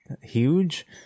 huge